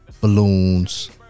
Balloons